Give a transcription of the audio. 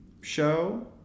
show